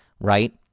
right